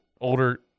older